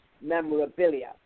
memorabilia